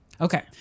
Okay